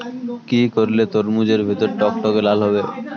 কি করলে তরমুজ এর ভেতর টকটকে লাল হবে?